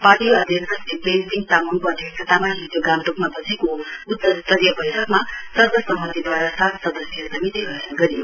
party अध्यक्ष श्री प्रेमसिंह तामङको अध्यक्षतामा होज गान्तोकमा बसेको उच्च स्तरीय बैठकमा सर्वसम्मतिद्वारा सात सदस्यीय समिति गठन गरियो